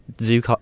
Zoo